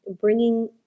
Bringing